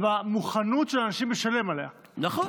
ובמוכנות של אנשים לשלם עליה, נכון.